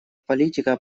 политика